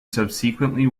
subsequently